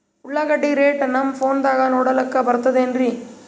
ಉಳ್ಳಾಗಡ್ಡಿ ರೇಟ್ ನಮ್ ಫೋನದಾಗ ನೋಡಕೊಲಿಕ ಬರತದೆನ್ರಿ?